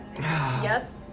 Yes